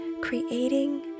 creating